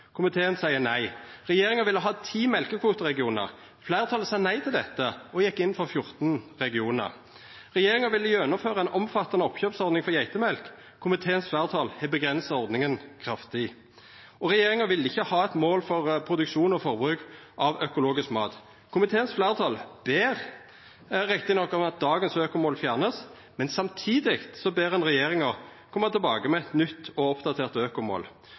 Komiteen seier nei. Regjeringa ville ha 10 mjølkekvoteregionar. Fleirtalet sa nei til dette og gjekk inn for 14 regionar. Regjeringa ville gjennomføra ei omfattande oppkjøpsordning for geitemjølk. Komiteens fleirtal har avgrensa ordninga kraftig. Regjeringa ville ikkje ha eit mål for produksjon og forbruk av økologisk mat. Komiteens fleirtal ber rett nok om at dagens økomål vert fjerna, men samtidig ber ein regjeringa om å koma tilbake med eit nytt og oppdatert økomål.